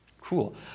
cool